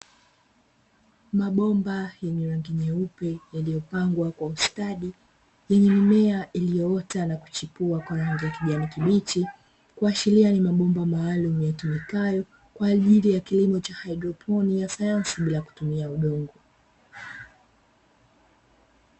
Mabomba yenye rangi nyeupe yaliyopangwa kwa ustadi yenye mimea iliyoota na kuchepua kwa rangi ya kijani kibichi, kuashiria ni mabomba maalumu yatumikayo kwa ajili ya kilimo cha hidroponiki ya sayansi bila kutumia udongo.